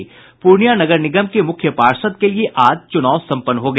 पूर्णिया नगर निगम के मुख्य पार्षद् के लिए आज चुनाव संपन्न हो गया